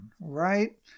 right